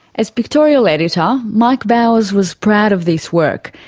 as pictorial editor, mike bowers was proud of this work.